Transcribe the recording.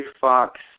Fox